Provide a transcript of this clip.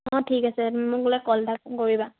অঁ ঠিক আছে মোক গ'লে কল এটা কৰিবা